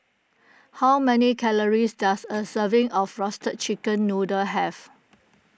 how many calories does a serving of Roasted Chicken Noodle have